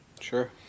Sure